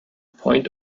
point